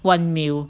one meal